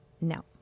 no